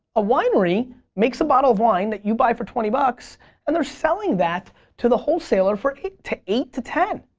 a winery makes a bottle of wine that you buy for twenty bucks and they're selling that to the wholesaler for eight to eight to ten.